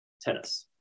tennis